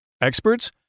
Experts